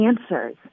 answers